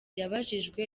yabajijwe